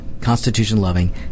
constitution-loving